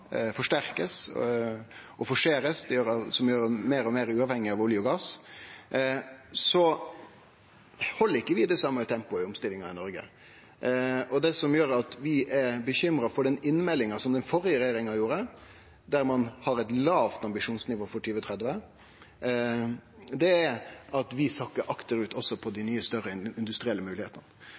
som gjer ein meir og meir uavhengig av olje og gass – ikkje held det same tempoet i omstillinga i Noreg. Det som gjer at vi er bekymra for den innmeldinga den førre regjeringa gjorde, der ein hadde eit lavt ambisjonsnivå for 2030, er at vi sakkar akterut også på dei nye, større industrielle